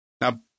now